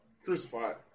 crucified